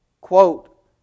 quote